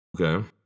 Okay